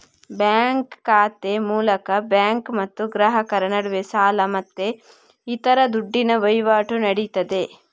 bank ಖಾತೆ ಮೂಲಕ bank ಮತ್ತು ಗ್ರಾಹಕರ ನಡುವೆ ಸಾಲ ಮತ್ತೆ ಇತರ ದುಡ್ಡಿನ ವೈವಾಟು ನಡೀತದೆ